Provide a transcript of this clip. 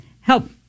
help